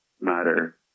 matter